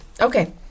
Okay